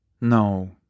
No